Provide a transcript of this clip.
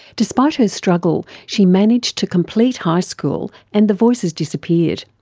despite her struggle, she managed to complete high school and the voices disappeared.